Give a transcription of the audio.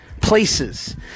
places